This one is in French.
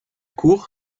cour